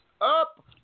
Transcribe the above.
up